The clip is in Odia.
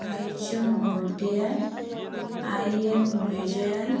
Bhaichung Bhutia I M Vijayan